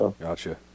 Gotcha